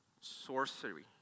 sorcery